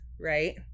right